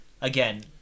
again